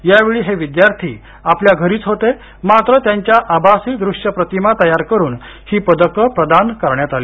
यावेळी हे विद्यार्थी आपल्या घरीच होते मात्र त्यांच्या आभासी द्रश्य प्रतिमा तयार करून ही पदकं प्रदान करण्यात आली